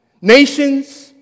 nations